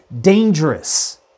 dangerous